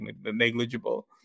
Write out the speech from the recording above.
negligible